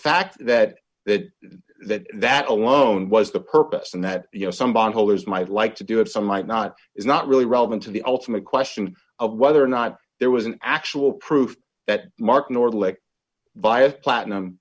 fact that that that that alone was the purpose and that you know some bondholders might like to do it some might not it's not really relevant to the ultimate question of whether or not there was an actual proof that martin or let vi of platinum